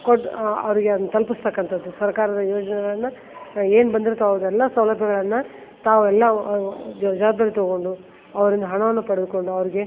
ಕೊಡ ಅವರಿಗೆ ಅದನ್ನು ತಲಿಪಿಸ್ತಕ್ಕಂತದ್ದು ಸರಕಾರದ ಯೋಜನೆಗಳನ್ನು ಏನು ಬಂದಿರ್ತಾವೊ ಅದೆಲ್ಲ ಸೌಲಭ್ಯಗಳನ್ನು ತಾವು ಎಲ್ಲ ಜವಾಬ್ದಾರಿ ತೊಗೊಂಡು ಅವರಿಂದ ಹಣವನ್ನು ಪಡೆದುಕೊಂಡು ಅವರಿಗೆ